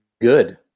good